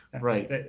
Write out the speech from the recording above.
Right